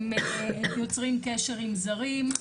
הם יוצרים קשר עם זרים,